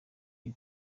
iri